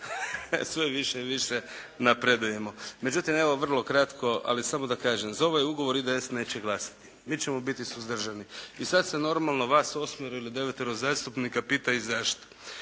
Sve više i više napredujemo. Međutim evo vrlo kratko, ali samo da kažem. Za ovaj ugovor IDS neće glasati. Mi ćemo biti suzdržani. I sad se normalno vas osmero ili devetero zastupnika pita i zašto?